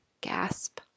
gasp